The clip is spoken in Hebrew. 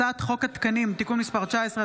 הצעת חוק התקנים (תיקון מס' 19),